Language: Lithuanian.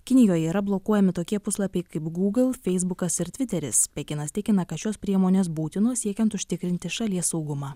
kinijoje yra blokuojami tokie puslapiai kaip gūgl feisbukas ir tviteris pekinas tikina kad šios priemonės būtinos siekiant užtikrinti šalies saugumą